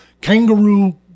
kangaroo